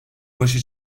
başı